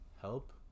help